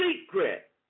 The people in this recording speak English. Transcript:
secret